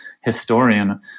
historian